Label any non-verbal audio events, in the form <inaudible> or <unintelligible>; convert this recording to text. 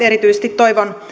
<unintelligible> erityisesti toivon